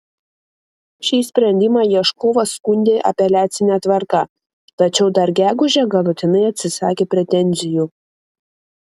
šį sprendimą ieškovas skundė apeliacine tvarka tačiau dar gegužę galutinai atsisakė pretenzijų